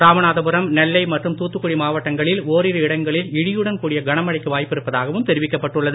ராமநாதபுரம் நெல்லை மற்றும் தூத்துக்குடி மாவட்டங்களில் ஓரிரு இடங்களில் இடியுடன் கூடிய கனமழைக்கு வாய்ப்பிருப்பதாகவும் தெரிவிக்கப்பட்டுள்ளது